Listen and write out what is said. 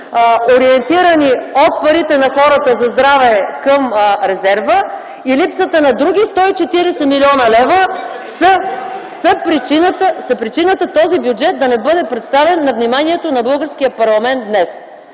ориентирани от парите на хората за здраве към резерва, и липсата на други 140 млн. лв., са причината този бюджет да не бъде представен на вниманието на българския парламент днес.